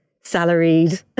salaried